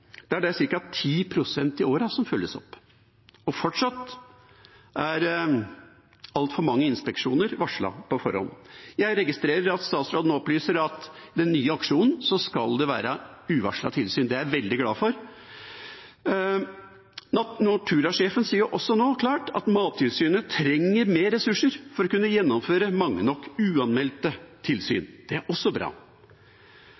Det er ca. 10 pst. i året som følges opp, og fortsatt er altfor mange inspeksjoner varslet på forhånd. Jeg registrerer at statsråden opplyser at det i den nye aksjonen skal være uvarslede tilsyn. Det er jeg veldig glad for. Nortura-sjefen sier også nå klart at Mattilsynet trenger mer ressurser for å kunne gjennomføre mange nok uanmeldte tilsyn.